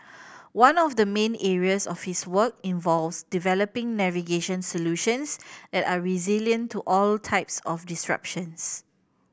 one of the main areas of his work involves developing navigation solutions that are resilient to all types of disruptions